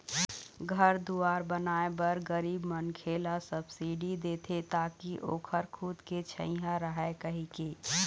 घर दुवार बनाए बर गरीब मनखे ल सब्सिडी देथे ताकि ओखर खुद के छइहाँ रहय कहिके